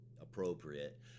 appropriate